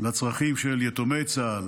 לצרכים של יתומי צה"ל